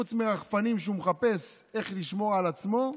חוץ מרחפנים שהוא מחפש איך לשמור על עצמו,